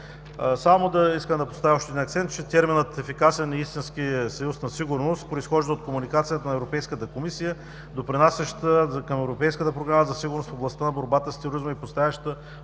Само искам да поставя още един акцент, че терминът „ефикасен и истински съюз на сигурност“ произхожда от комуникацията на Европейската комисия, допринасяща към Европейската програма за сигурност в областта на борбата с тероризма и поставяща